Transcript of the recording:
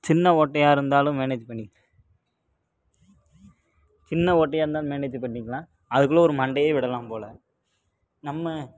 சின்ன ஓட்டையாக இருந்தாலும் மேனேஜ் பண்ணி சின்ன ஓட்டையாக இருந்தாலும் மேனேஜ் பண்ணிக்கலாம் அதுக்குள்ளே ஒரு மண்டையையே விடலாம் போல் நம்ம